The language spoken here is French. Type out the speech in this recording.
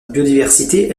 biodiversité